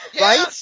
Right